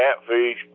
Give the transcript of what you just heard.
catfish